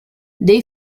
they